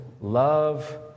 love